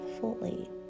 fully